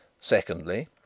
Secondly